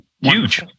huge